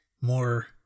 more